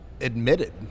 admitted